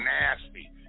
nasty